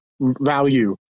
value